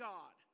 God